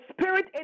spirit